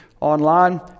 online